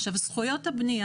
עכשיו, זכויות הבנייה